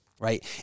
right